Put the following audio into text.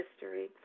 history